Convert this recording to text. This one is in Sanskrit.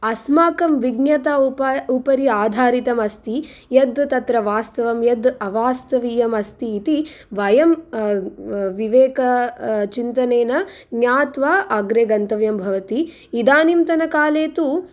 अस्माकं विज्ञता उपाय् उपरि आधारितम् अस्ति यद् तत्र वास्तवं यद् अवास्तवीयम् अस्ति इति वयं विवेक चिन्तनेन ज्ञात्वा अग्रे गन्तव्यं भवति इदानींतन काले तु